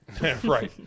Right